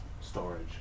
storage